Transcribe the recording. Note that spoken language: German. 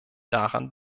daran